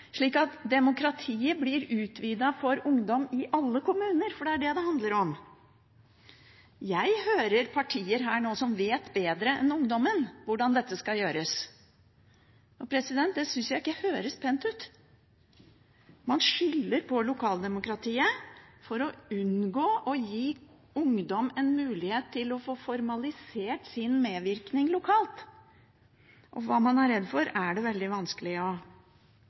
For det er det det handler om. Jeg hører partier her nå som vet bedre enn ungdommen hvordan dette skal gjøres. Det synes jeg ikke høres pent ut. Man skylder på lokaldemokratiet for å unngå å gi ungdom en mulighet til å få formalisert sin medvirkning lokalt. Hva man er redd for, er det veldig vanskelig